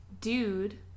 dude